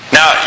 Now